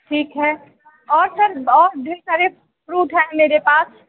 ठीक है और सर और ढेर सारे फ्रूट हैं मेरे पास